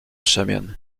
przemian